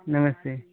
नमस्ते